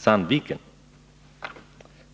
Sandvik.